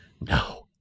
No